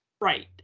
Right